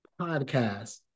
podcast